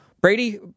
Brady